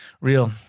real